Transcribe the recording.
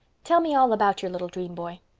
tell me all about your little dream-boy.